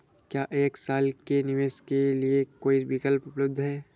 क्या एक साल के निवेश के लिए कोई विकल्प उपलब्ध है?